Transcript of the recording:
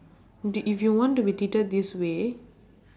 did if you want to be treated this way